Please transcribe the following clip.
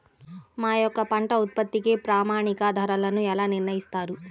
మా యొక్క పంట ఉత్పత్తికి ప్రామాణిక ధరలను ఎలా నిర్ణయిస్తారు?